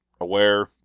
aware